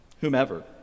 whomever